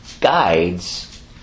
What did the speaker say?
guides